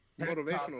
motivational